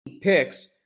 picks